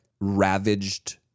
ravaged